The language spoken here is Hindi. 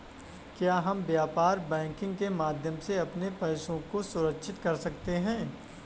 क्या हम व्यापार बैंकिंग के माध्यम से अपने पैसे को सुरक्षित कर सकते हैं?